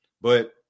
but-